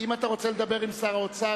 אם אתה רוצה לדבר עם שר האוצר,